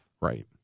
Right